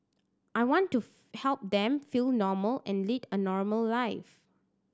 I want to help them feel normal and lead a normal life